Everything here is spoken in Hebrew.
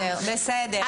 בסדר, בסדר.